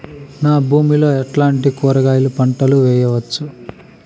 నా భూమి లో ఎట్లాంటి కూరగాయల పంటలు వేయవచ్చు?